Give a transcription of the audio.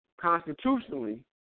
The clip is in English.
constitutionally